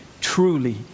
truly